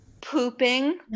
pooping